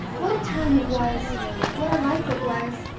what a time it was what a life it was,